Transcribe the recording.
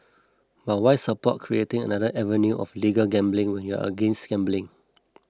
but why support creating another avenue of legal gambling when you're against gambling